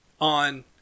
on